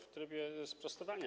W trybie sprostowania.